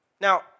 Now